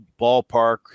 ballpark